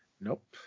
Nope